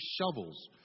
shovels